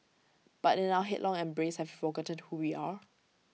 but in our headlong embrace have forgotten who we are